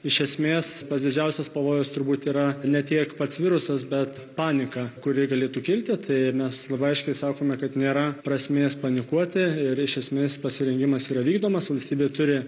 iš esmės pats didžiausias pavojus turbūt yra ne tiek pats virusas bet panika kuri galėtų kilti tai mes labai aiškiai sakome kad nėra prasmės panikuoti ir iš esmės pasirengimas yra vykdomas valstybė turi